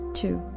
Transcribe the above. two